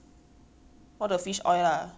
臭死 lah